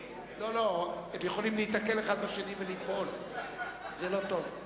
הם יכולים להיתקל אחד בשני וליפול, זה לא טוב.